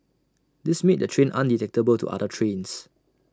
this made the train undetectable to other trains